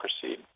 proceed